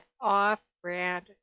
off-brand